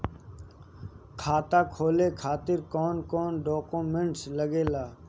खाता खोले खातिर कौन कौन डॉक्यूमेंट लागेला?